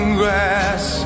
grass